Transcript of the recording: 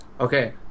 okay